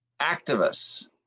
activists